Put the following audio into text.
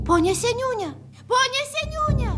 pone seniūne pone seniūne